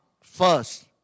first